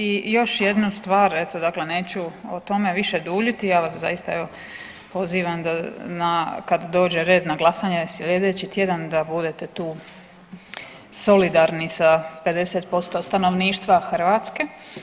I još jednu stvar, eto dakle neću o tome više duljiti, ja vas zaista evo pozivam da, na, kad dođe red na glasanje slijedeći tjedan da budete tu solidarni sa 50% stanovništva Hrvatske.